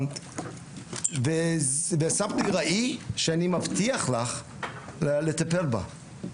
ואני מבטיח לך לטפל בה.